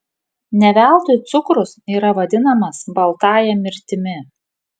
ne veltui cukrus yra vadinamas baltąja mirtimi